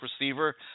receiver